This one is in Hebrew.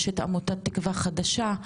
יש את עמותת תקווה חדשה,